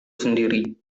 sendiri